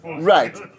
Right